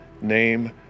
name